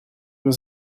was